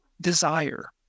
desire